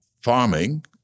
farming